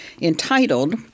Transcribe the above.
entitled